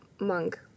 monk